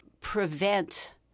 prevent